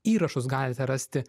įrašus galite rasti